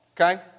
Okay